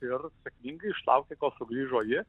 ir sėkmingai išlaukė kol sugrįžo ji